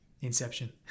Inception